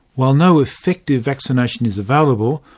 while no effective vaccination is available,